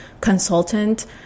consultant